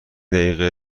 دقیقه